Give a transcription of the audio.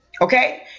Okay